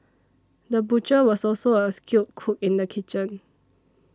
the butcher was also a skilled cook in the kitchen